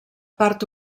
part